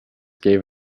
gave